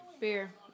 beer